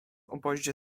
obozie